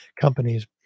companies